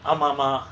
ஆமா மா:aama ma